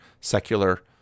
secular